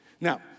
Now